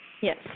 Yes